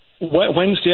Wednesday